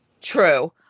True